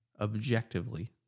objectively